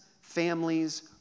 families